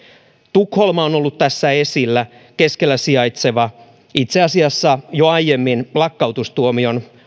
tukholma on ollut tässä esillä keskellä sijaitsevan itse asiassa jo aiemmin lakkautustuomion